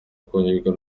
kongerwa